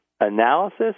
analysis